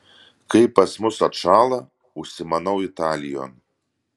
kai pas mus atšąla užsimanau italijon